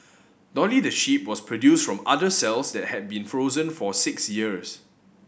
dolly the sheep was produced from udder cells that had been frozen for six years